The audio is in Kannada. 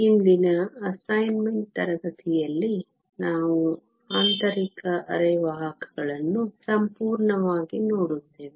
ಇಂದಿನ ಅಸೈನ್ಮೆಂಟ್ ತರಗತಿಯಲ್ಲಿ ನಾವು ಆಂತರಿಕ ಅರೆವಾಹಕಗಳನ್ನು ಸಂಪೂರ್ಣವಾಗಿ ನೋಡುತ್ತೇವೆ